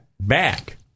back